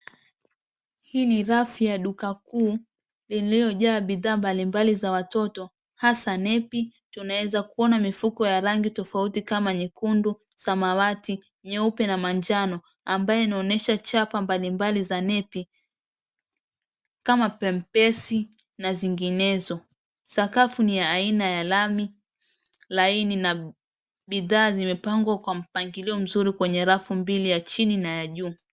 Hii ni rafu ya duka kuu iliyojaa bidhaa mbalimbali za watoto, hasa nepi. Tunaweza kuona mifuko ya rangi tofauti kama nyekundu, samawati, nyeupe, na manjano, ambayo inaonyesha chapa mbalimbali za nepi kama pampers na zinginezo. Sakafu ni ya aina ya lami laini, na bidhaa zimepangwa Kwa mpangilio mzuri kwenye rafu mbili, ya chini na ya juu.